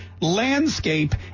landscape